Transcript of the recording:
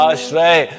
Ashray